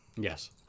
Yes